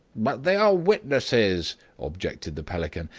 but they are witnesses objected the pelican.